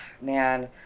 man